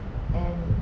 and